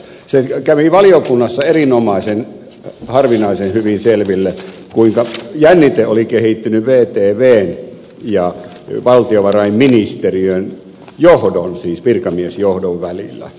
se kävi valiokunnassa harvinaisen hyvin selville kuinka jännite oli kehittynyt vtvn ja valtiovarainministeriön johdon siis virkamiesjohdon välillä